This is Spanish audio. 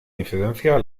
incidencia